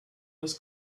was